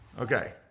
Okay